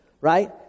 right